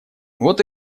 вот